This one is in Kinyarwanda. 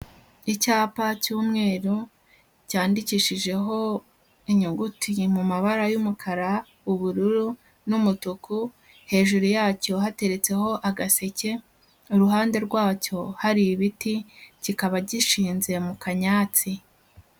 Icyapa cy'umweru cyandikishijeho inyuguti mu mabara y'umukara, ubururu n'umutuku, hejuru yacyo hateretseho agaseke, uruhande rwacyo hari ibiti, kikaba gishinze mu kanyatsi.